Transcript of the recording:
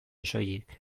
soilik